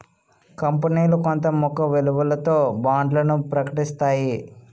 కంపనీలు కొంత ముఖ విలువతో బాండ్లను ప్రకటిస్తాయి